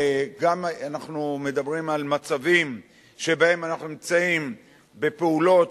אנחנו גם מדברים על מצבים שבהם אנחנו נמצאים בפעולות,